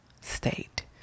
state